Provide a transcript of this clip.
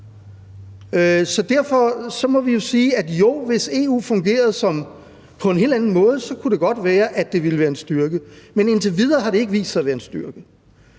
Så derfor må vi sige, at jo, hvis EU fungerede på en helt anden måde, kunne det godt være, at det ville være en styrke, men indtil videre har det ikke vist sig at være en styrke.